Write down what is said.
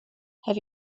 have